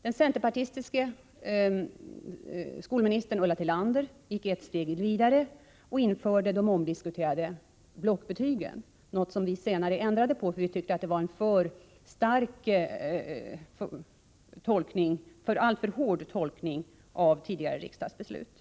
Den centerpartistiska skolministern, Ulla Tillander, gick ett steg vidare och införde de omdiskuterade blockbetygen, något som vi senare ändrade på, eftersom vi tyckte att det var en alltför hård tolkning av tidigare riksdagsbeslut.